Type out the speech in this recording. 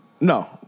No